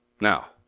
Now